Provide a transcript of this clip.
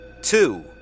Two